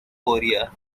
korea